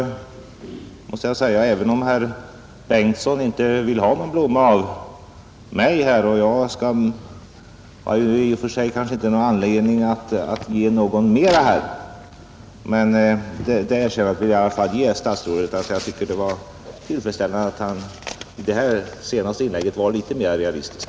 Statsrådet Bengtsson vill inte ha någon blomma av mig, och jag har kanske i och för sig inte anledning att ge någon mera. Det erkännandet vill jag i alla fall ge att det var tillfredsställande att han i sitt senaste inlägg var litet mera realistisk.